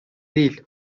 değil